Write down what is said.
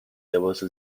لباس